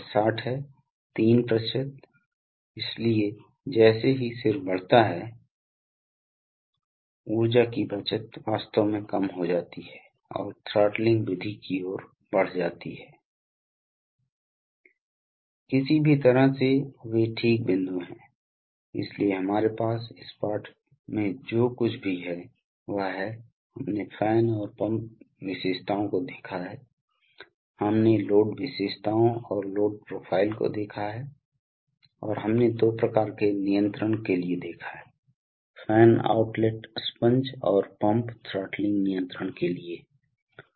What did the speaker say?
अब अन्य विभिन्न प्रकार के तत्व हो सकते हैं जिनके बारे में हम उस बारे में बात करेंगे अगले पाठ में इसलिए हमने मुख्य प्रकार के सिस्टम कंपोनेंट कंप्रेशर्स को देखा है हमने मुख्य रूप से कंप्रेशर्स को देखा है जिनका उपयोग एक रेसिप्रोकेटिंग कंप्रेशर्स की तरह किया जाता है